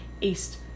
east